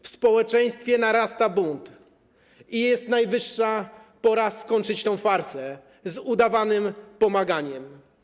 W społeczeństwie narasta bunt i najwyższa pora skończyć tę farsę z udawanym pomaganiem.